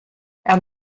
and